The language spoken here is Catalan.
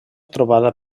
trobada